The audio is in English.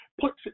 puts